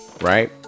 right